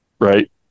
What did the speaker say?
right